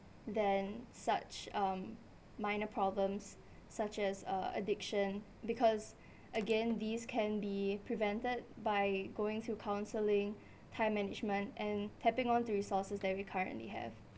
than such um minor problems such as uh addiction because again these can be prevented by going through counselling time management and tapping on to resources that we currently have